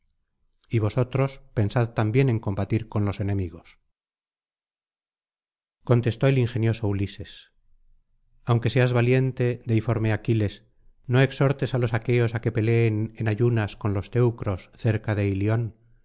y vosotros pensad también en combatir con los enemigos contestó el ingenioso ulises aunque seas valiente deiforme aquiles no exhortes á los aqueos á que peleen en ayunas con los teucros cerca de ilion